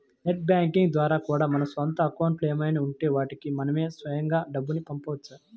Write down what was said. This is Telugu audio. నెట్ బ్యాంకింగ్ ద్వారా కూడా మన సొంత అకౌంట్లు ఏమైనా ఉంటే వాటికి మనమే స్వయంగా డబ్బుని పంపవచ్చు